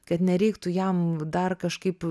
kad nereiktų jam dar kažkaip